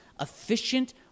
efficient